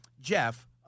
Jeff